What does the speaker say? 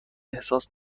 احساس